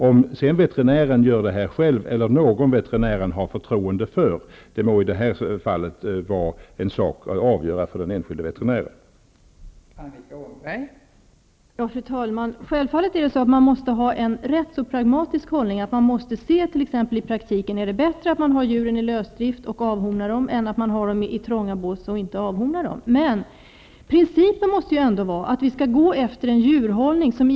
Om ingreppet se dan görs av veterinären själv eller av någon som veterinären har förtroende för må i detta fall vara en fråga för den enskilde veterinären att avgöra.